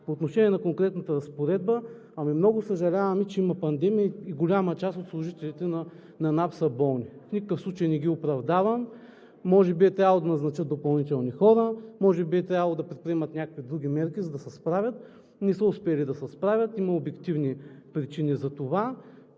По отношение на конкретната разпоредба. Много съжаляваме, че има пандемия и голяма част от служителите на НАП са болни. В никакъв случай не ги оправдавам – може би е трябвало да назначат допълнителни хора, може би е трябвало да предприемат някакви други мерки, за да се справят. Не са успели да се справят. Има обективни причини за това.